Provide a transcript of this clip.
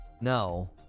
no